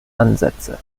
ansätze